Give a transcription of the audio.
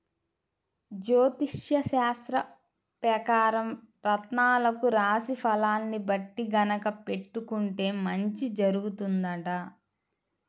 జ్యోతిష్యశాస్త్రం పెకారం రత్నాలను రాశి ఫలాల్ని బట్టి గనక పెట్టుకుంటే మంచి జరుగుతుందంట